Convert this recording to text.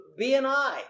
BNI